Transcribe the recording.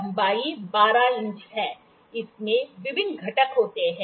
लंबाई 12 इंच है इसमें विभिन्न घटक होते हैं